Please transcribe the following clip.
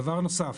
דבר נוסף,